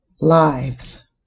lives